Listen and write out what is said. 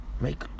Make